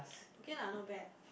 okay lah not bad